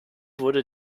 wurde